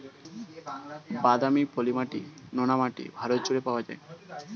বাদামি, পলি মাটি, নোনা মাটি ভারত জুড়ে পাওয়া যায়